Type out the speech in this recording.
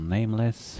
Nameless